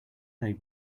they